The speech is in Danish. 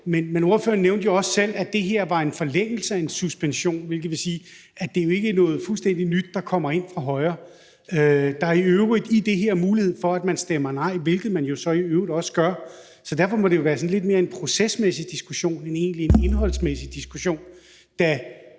Men ordføreren nævnte jo også selv, at det her var en forlængelse af en suspension, hvilket vil sige, at det ikke er noget fuldstændig nyt, der kommer ind fra højre. Der i øvrigt i det her mulighed for, at man stemmer nej, hvilket man jo så i øvrigt også gør. Derfor må det jo være en sådan lidt mere procesmæssig diskussion end egentlig en indholdsmæssig diskussion, da